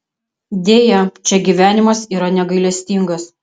deja čia gyvenimas yra negailestingas